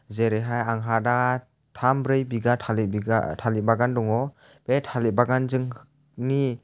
जेरैहाय आंहा दा थाम ब्रै बिगा थालिर थालिर बागान दङ बे थालिर बागानजों नि